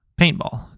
Paintball